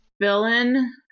villain